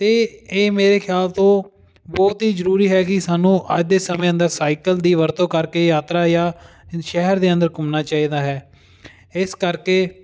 ਅਤੇ ਇਹ ਮੇਰੇ ਖਿਆਲ ਤੋਂ ਬਹੁਤ ਹੀ ਜ਼ਰੂਰੀ ਹੈਗੀ ਸਾਨੂੰ ਅੱਜ ਦੇ ਸਮੇਂ ਅੰਦਰ ਸਾਈਕਲ ਦੀ ਵਰਤੋਂ ਕਰਕੇ ਯਾਤਰਾ ਜਾਂ ਸ਼ਹਿਰ ਦੇ ਅੰਦਰ ਘੁੰਮਣਾ ਚਾਹੀਦਾ ਹੈ ਇਸ ਕਰਕੇ